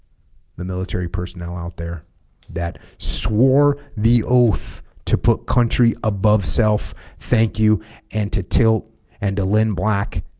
the military personnel out there that swore the oath to put country above self thank you and to tilt and to lin black